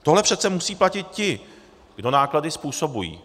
Tohle přece musí platit ti, kdo náklady způsobují.